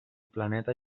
planeta